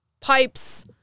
pipes